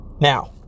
Now